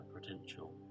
potential